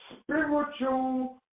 spiritual